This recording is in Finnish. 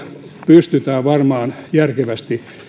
pystytään varmaan järkevästi